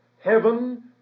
heaven